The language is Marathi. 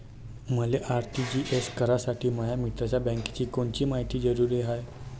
मले आर.टी.जी.एस करासाठी माया मित्राच्या बँकेची कोनची मायती जरुरी हाय?